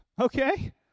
Okay